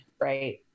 right